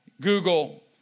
Google